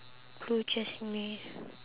Blue Jasmine